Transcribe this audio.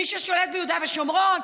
מי ששולט ביהודה ושומרון,